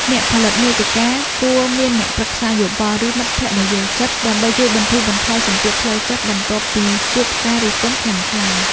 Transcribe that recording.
អ្នកផលិតមាតិកាគួរមានអ្នកប្រឹក្សាយោបល់ ឬមិត្តភក្តិដែលយល់ចិត្ត ដើម្បីជួយបន្ធូរបន្ថយសម្ពាធផ្លូវចិត្តបន្ទាប់ពីជួបការរិះគន់ខ្លាំងៗ។